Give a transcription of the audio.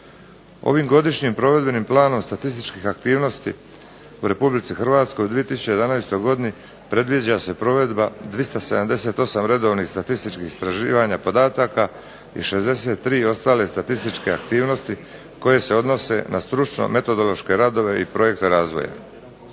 Ovim godišnjim provedbenim planom statističkih aktivnosti u RH u 2011. godini predviđa se provedba 278 redovnih statističkih istraživanja podataka i 63 ostale statističke aktivnosti koje se odnose na stručno metodološke radove i projekte razvoja.